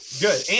good